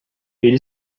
ele